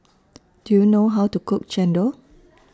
Do YOU know How to Cook Chendol